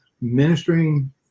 ministering